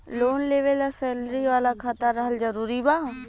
Loan लेवे ला salary वाला खाता रहल जरूरी बा?